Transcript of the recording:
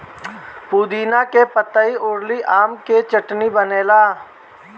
पुदीना के पतइ अउरी आम के चटनी बनेला